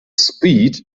speed